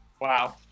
Wow